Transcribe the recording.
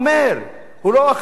הוא לא אחראי לדבריו,